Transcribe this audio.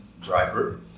driver